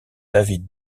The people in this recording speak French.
david